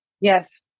yes